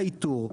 איתור,